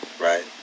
right